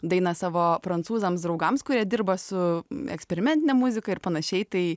dainą savo prancūzams draugams kurie dirba su eksperimentine muzika ir panašiai tai